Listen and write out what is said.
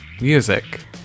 music